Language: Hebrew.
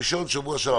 ראשון בשבוע שעבר.